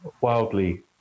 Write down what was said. wildly